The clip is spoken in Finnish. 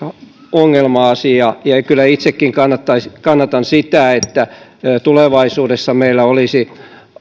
ongelma asia ja kyllä itsekin kannatan sitä että tulevaisuudessa meillä olisi